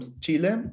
Chile